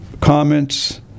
comments